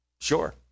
sure